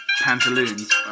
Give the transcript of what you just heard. pantaloons